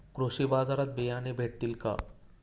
कृषी बाजारात बियाणे भेटतील का?